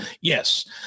yes